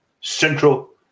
Central